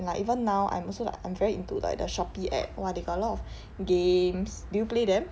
and like even now I'm also like I'm very into like the shopee app !wah! they got a lot of games do you play them